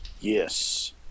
Yes